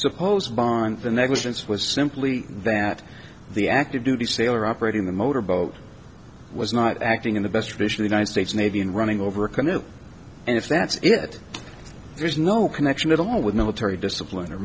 opposed by the negligence was simply that the active duty sailor operating the motor boat was not acting in the best tradition the united states navy in running over a canoe and if that's it there's no connection at all with military discipline or